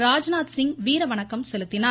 ராஜ்நாத்சிங் வீர வணக்கம் செலுத்தினார்